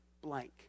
blank